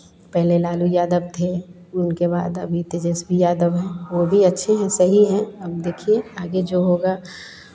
पहले लालू यादव थे उनके बाद अभी तेजस्वी यादव हैं वो भी अच्छे हैं सही हैं अब देखिए आगे जो होगा